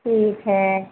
ठीक है